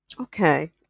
okay